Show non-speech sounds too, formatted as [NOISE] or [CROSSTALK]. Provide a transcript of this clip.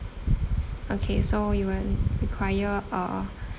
okay so we will require uh [BREATH]